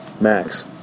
max